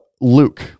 Luke